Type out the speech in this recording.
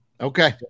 Okay